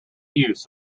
use